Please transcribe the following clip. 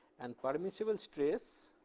and permissible stress